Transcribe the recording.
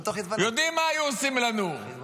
יודעים מה היו עושים לנו.